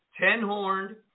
ten-horned